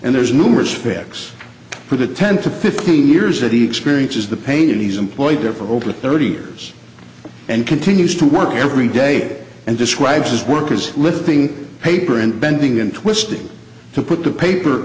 and there's numerous facts for the ten to fifteen years that he experiences the pain he's employed there for over thirty years and continues to work every day and describes his workers lifting paper and bending into to put the paper